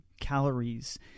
calories